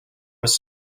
was